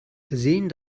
versehen